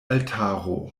altaro